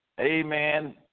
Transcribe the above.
amen